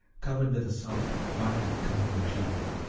covered with a soft, violet-colored material.